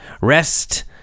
rest